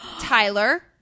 Tyler